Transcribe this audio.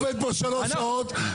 שעות,